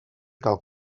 cal